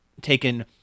taken